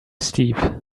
steep